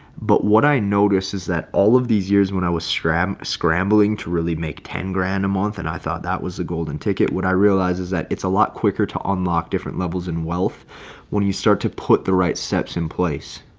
but what i notice is that all of these years when i was scram, scrambling to really make ten grand a month and i thought that was the golden ticket. what i realized is that it's a lot quicker to unlock different levels and wealth when you start to put the right steps in place.